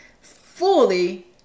fully